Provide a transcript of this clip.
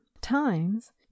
times